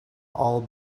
all